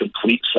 complete